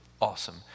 awesome